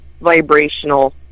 vibrational